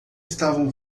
estavam